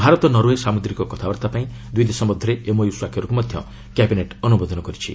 Bharat Norway ସାମୁଦ୍ରିକ କଥାବାର୍ତ୍ତା ପାଇଁ ଦୁଇଦେଶ ମଧ୍ୟରେ ଏମ୍ଓୟୁ ସ୍ୱାକ୍ଷରକୁ ମଧ୍ୟ କ୍ୟାବିନେଟ୍ ଅନୁମୋଦନ କରିଛି